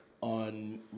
on